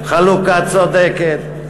חלוקה צודקת,